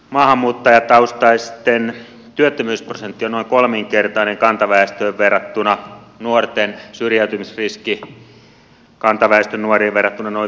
maahanmuuttajataustaisten työttömyysprosentti on noin kolminkertainen kantaväestöön verrattuna ja nuorten syrjäytymisriski kantaväestön nuoriin verrattuna noin viisinkertainen